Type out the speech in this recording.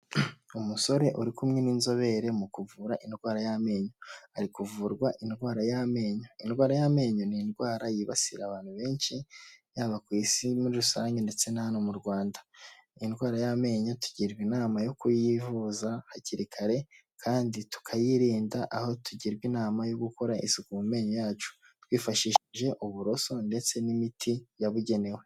Umusore uri kumwe n'inzobere mu kuvura indwara y'amenyo, ari kuvurwa indwara y'amenyo, indwara y'amenyo ni indwara yibasira abantu benshi, yaba ku Isi muri rusange ndetse na hano mu Rwanda, indwara y'amenyo tugirwa inama yo kuyivuza hakiri kare kandi tukayirinda, aho tugirwa inama yo gukora isuku mu menyo yacu, twifashishije uburoso ndetse n'imiti yabugenewe.